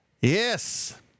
Yes